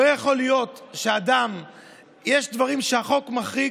יש דברים שהחוק מחריג,